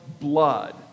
blood